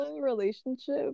relationship